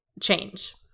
change